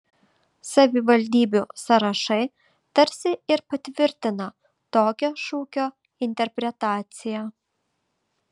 savivaldybių sąrašai tarsi ir patvirtina tokią šūkio interpretaciją